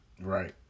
right